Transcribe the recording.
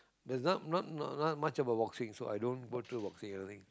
there's not not not much about boxing so i don't go through boxing anything